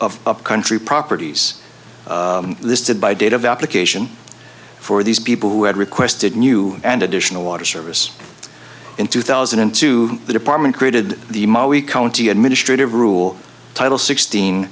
of upcountry properties listed by data validation for these people who had requested new and additional water service in two thousand and two the department created the mo he county administrative rule title sixteen